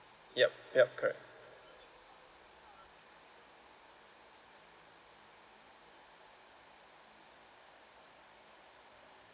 yup yup correct